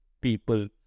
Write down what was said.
people